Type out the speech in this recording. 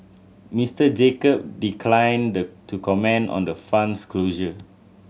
Mister Jacob declined to comment on the fund's closure